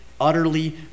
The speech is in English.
utterly